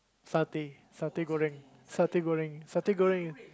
satay satay Goreng satay Goreng satay Goreng